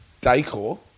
decor